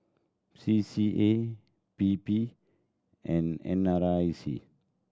C C A P P and N R I C